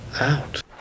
out